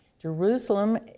Jerusalem